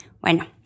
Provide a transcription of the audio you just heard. Bueno